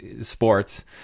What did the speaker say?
sports